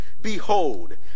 behold